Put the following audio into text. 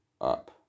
up